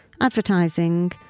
Advertising